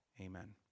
Amen